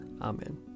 Amen